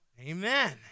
Amen